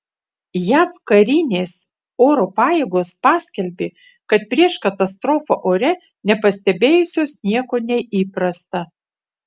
jav karinės oro pajėgos paskelbė kad prieš katastrofą ore nepastebėjusios nieko neįprasta